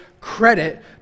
credit